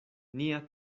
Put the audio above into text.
nia